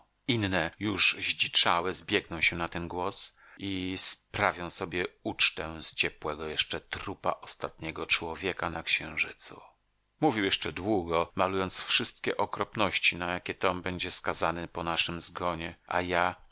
inne już zdziczałe zbiegną się na ten głos i sprawią sobie ucztę z ciepłego jeszcze trupa ostatniego człowieka na księżycu mówił jeszcze długo malując wszystkie okropności na jakie tom będzie skazany po naszym zgonie a ja